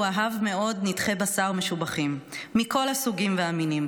הוא אהב מאוד נתחי בשר משובחים מכל הסוגים והמינים.